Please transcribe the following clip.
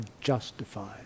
justified